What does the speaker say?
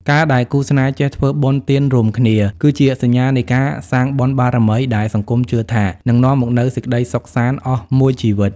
ការដែលគូស្នេហ៍ចេះ "ធ្វើបុណ្យទានរួមគ្នា" គឺជាសញ្ញានៃការសាងបុណ្យបារមីដែលសង្គមជឿថានឹងនាំមកនូវសេចក្ដីសុខសាន្តអស់មួយជីវិត។